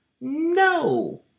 No